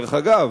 דרך אגב,